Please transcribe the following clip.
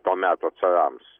to meto carams